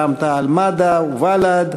רע"ם-תע"ל-מד"ע ובל"ד.